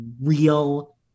real